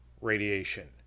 radiation